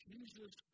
Jesus